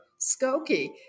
Skokie